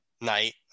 night